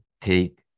take